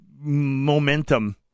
momentum